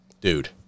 Dude